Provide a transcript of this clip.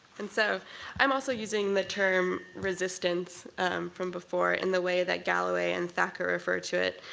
and so i'm also using the term resistance from before, in the way that galloway and thakkar refer to it,